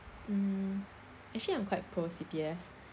mm actually I'm quite pro C_P_F